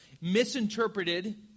misinterpreted